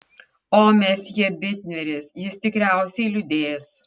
o mesjė bitneris jis tikriausiai liūdės